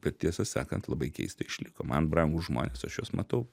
bet tiesą sakant labai keista išliko man brangūs žmonės aš juos matau